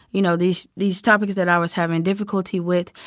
you know, these these topics that i was having difficulty with.